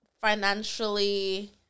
financially